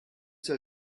soll